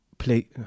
play